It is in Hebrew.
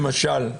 למשל,